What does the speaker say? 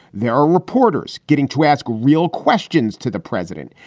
there are reporters getting to ask real questions to the president.